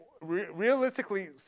realistically